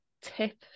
tip